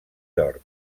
york